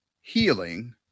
healing